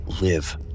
live